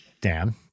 Dan